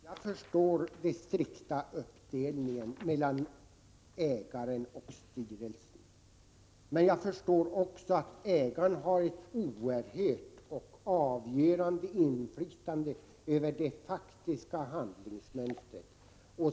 Herr talman! Jag är medveten om den strikta ansvarsuppdelningen mellan ägaren och styrelsen, men jag förstår också att ägaren har ett oerhört stort och avgörande inflytande över det faktiska handlingsmönstret.